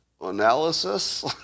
analysis